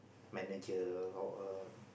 manager or a